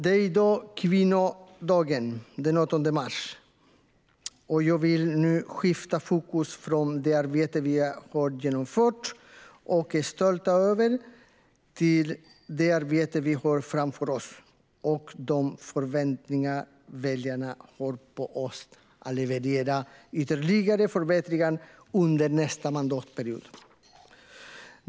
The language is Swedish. Det är i dag kvinnodagen, den 8 mars, och jag vill nu skifta fokus från det arbete som vi har genomfört och är stolta över till det arbete som vi har framför oss och de förväntningar väljarna har på oss när det gäller att leverera ytterligare förbättringar under nästa mandatperiod.